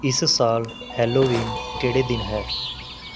ਇਸ ਸਾਲ ਹੈਲੋਵੀਨ ਕਿਹੜੇ ਦਿਨ ਹੈ